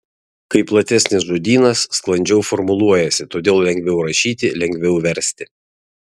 kai platesnis žodynas sklandžiau formuluojasi todėl lengviau rašyti lengviau versti